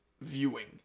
viewing